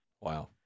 Wow